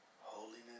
Holiness